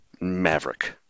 Maverick